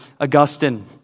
Augustine